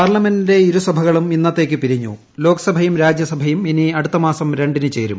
പാർലമെന്റിന്റെ ഇരുസഭകളും ഇന്നത്തേക്ക് പിരിഞ്ഞു ലോകസഭയും രാജ്യസഭയും ഇനി അടുത്തമാസം രണ്ടിനു ചേരും